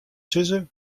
sizze